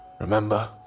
Remember